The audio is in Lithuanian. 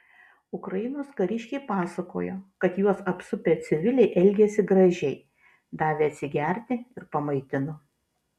ukrainos kariškiai pasakojo kad juos apsupę civiliai elgėsi gražiai davė atsigerti ir pamaitino